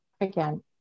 again